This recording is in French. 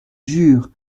jure